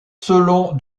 selon